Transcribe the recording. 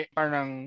parang